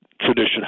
tradition